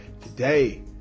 today